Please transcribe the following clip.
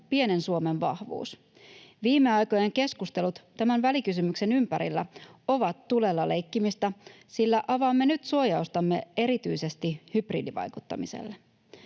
pienen Suomen vahvuus. Viime aikojen keskustelut tämän välikysymyksen ympärillä ovat tulella leikkimistä, sillä avaamme nyt suojaustamme erityisesti hybridivaikuttamiselle.